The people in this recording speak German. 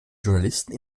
journalisten